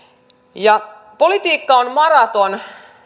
politiikka on maraton